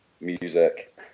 music